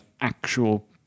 actual